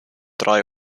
drei